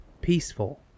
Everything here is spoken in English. peaceful